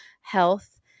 health